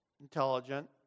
intelligent